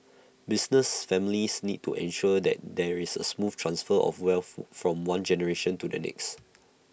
business families need to ensure that there is A smooth transfer of wealth from one generation to the next